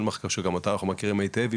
שגם אותה אנחנו מכירים היטב,